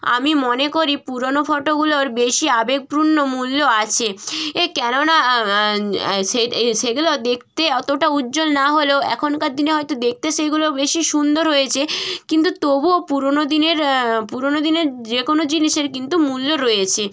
আমি মনে করি পুরোনো ফটোগুলোর বেশি আবেগপূর্ণ মূল্য আছে এ কেননা সেগুলো দেখতে অতটা উজ্জ্বল না হলেও এখনকার দিনে হয়তো দেখতে সেইগুলো বেশি সুন্দর হয়েছে কিন্তু তবুও পুরোনো দিনের পুরোনো দিনের যে কোনো জিনিসের কিন্তু মূল্য রয়েছে